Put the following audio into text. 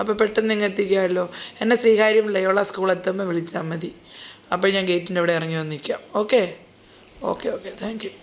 അപ്പോൾ പെട്ടെന്ന് ഇങ്ങ് എത്തിക്കാമല്ലോ എന്നെ ശ്രീകാര്യം ലൊയോള സ്കൂൾ എത്തുമ്പം വിളിച്ചാൽ മതി അപ്പം ഞാൻ ഗൈറ്റിൻറെ അവിടെ ഇറങ്ങി വന്ന് നിൽക്കാം okay okay okay thank U